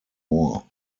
more